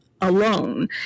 alone